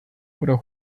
oder